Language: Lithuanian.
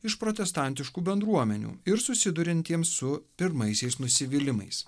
iš protestantiškų bendruomenių ir susiduriantiems su pirmaisiais nusivylimais